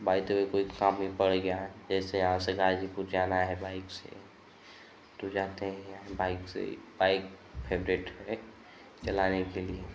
by the way कोई काम ही पड़ गया है जैसे यहाँ से गाज़ीपुर जाना है बाइक़ से तो जाते हैं बाइक़ से बाइक़ फ़ेवरेट है चलाने के लिए